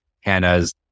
Hannah's